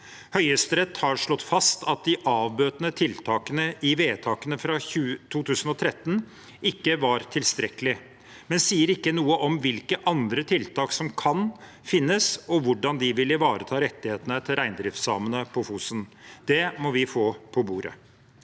Høyesterett har slått fast at de avbøtende tiltakene i vedtakene fra 2013 ikke var tilstrekkelige, men sier ikke noe om hvilke andre tiltak som kan finnes, og hvordan de vil ivareta rettighetene til reindriftssamene på Fosen. Det må vi få på bordet.